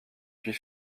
puis